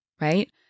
right